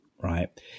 right